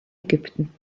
ägypten